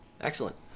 Excellent